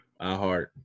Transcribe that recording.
iHeart